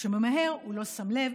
וכשהוא ממהר הוא לא שם לב,